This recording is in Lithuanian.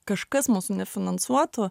kažkas mūsų nefinansuotų